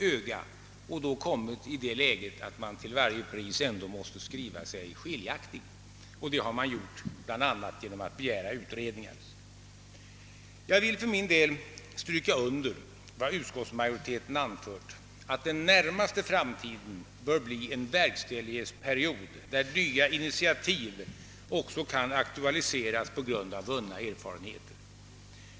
De har då hamnat i den situationen att de till varje pris måste tillkännage en skiljaktig uppfattning, och det har de gjort. bl.a. genom att begära ytterligare utredningar. Jag vill stryka under vad utskottsmajoriteten anför, nämligen att den närmaste framtiden bör bli en verkställighetsperiod där nya initiativ också kan aktualiseras på grund av vunna erfarenheter.